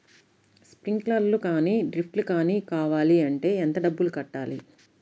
Sprinkler కానీ డ్రిప్లు కాని కావాలి అంటే ఎంత డబ్బులు కట్టాలి?